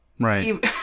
right